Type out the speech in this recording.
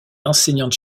enseignante